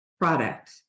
product